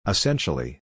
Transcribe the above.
Essentially